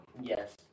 Yes